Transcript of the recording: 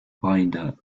binder